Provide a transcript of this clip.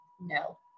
No